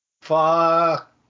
Fuck